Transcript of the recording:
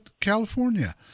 California